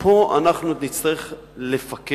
פה אנחנו עוד נצטרך לפקח